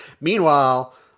Meanwhile